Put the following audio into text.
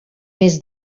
mes